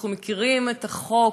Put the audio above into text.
אנחנו מכירים את החוק,